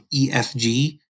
ESG